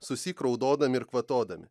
susyk raudodami ir kvatodami